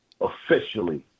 officially